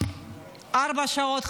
ארבע שעות,